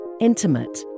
intimate